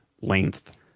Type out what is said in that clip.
length